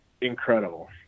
incredible